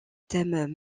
thème